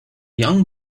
young